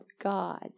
God